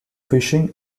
fishing